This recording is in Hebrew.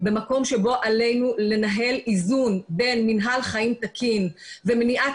במקום שבו עלינו לנהל איזון בין מינהל חיים תקין ומניעת